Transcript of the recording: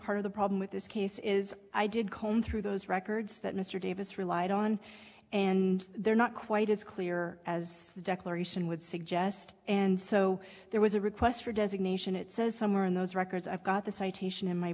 part of the problem with this case is i did comb through those records that mr davis relied on and they're not quite as clear as the declaration would suggest and so there was a request for designation it says somewhere in those records i've got the citation in my